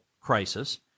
crisis